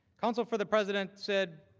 counsel for the president said,